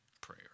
prayer